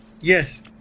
Yes